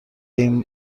این